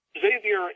Xavier